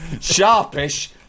sharpish